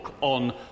on